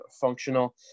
functional